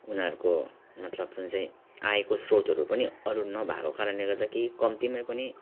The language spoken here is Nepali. उनीहरूको मतलब जुन चाहिँ आयको स्रोतहरू पनि अरू नभएको कारणले गर्दा केही कम्तीमा पनि